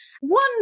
one